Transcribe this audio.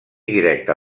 directe